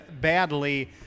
badly